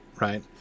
right